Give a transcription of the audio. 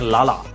Lala